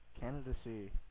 candidacy